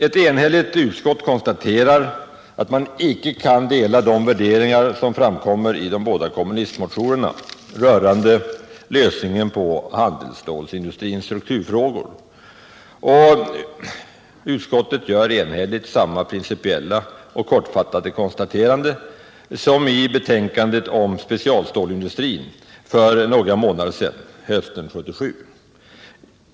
Ett enhälligt utskott konstaterar att man icke kan dela de värderingar som framkommer i de båda kommunistmotionerna rörande lösningen på handelsstålsindustrins strukturfrågor. Utskottet gör samma principiella och kortfattade konstaterande som i betänkandet om specialstålsindustrin för några månader sedan under hösten 1977.